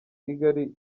kigali